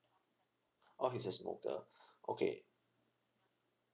orh he's a smoker okay